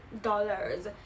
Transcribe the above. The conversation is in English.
dollars